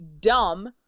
dumb